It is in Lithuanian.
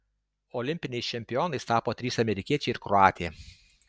olimpiniais čempionais tapo trys amerikiečiai ir kroatė